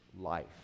life